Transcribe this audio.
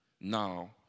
now